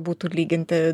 būtų lyginti